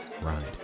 ride